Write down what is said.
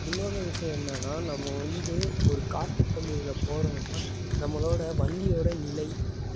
இன்னொன்று விஷயம் என்னென்னா நம்ம வந்து ஒரு காட்டுப் பகுதியில போகறோன்னா நம்மளோட வண்டியோட நிலை